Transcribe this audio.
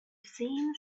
seemed